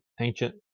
ancient